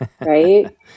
Right